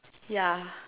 yeah